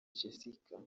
jessica